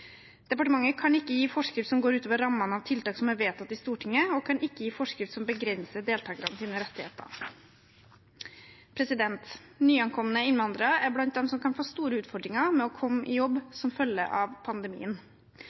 Departementet kan ikke gi forskrift som går utover rammene av tiltak som er vedtatt i Stortinget, og kan ikke gi forskrift som begrenser deltakernes rettigheter. Nyankomne innvandrere er blant dem som kan få store utfordringer med å komme i jobb som følge av pandemien.